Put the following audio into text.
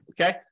okay